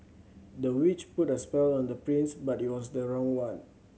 the witch put a spell on the prince but it was the wrong one